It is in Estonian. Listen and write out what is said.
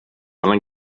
olen